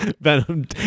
Venom